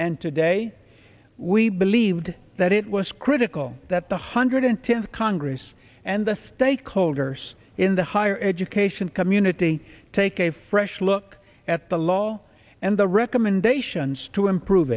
and today we believed that it was critical that the hundred tenth congress and the stakeholders in the higher education come in nitty take a fresh look at the law and the recommendations to improve